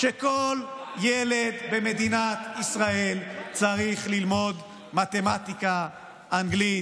שכל ילד במדינת ישראל צריך ללמוד מתמטיקה, אנגלית,